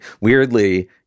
weirdly